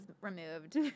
removed